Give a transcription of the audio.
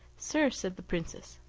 sir, said the princess,